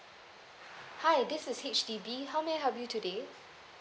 hi this is H_D_B how may I help you today